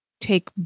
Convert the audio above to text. take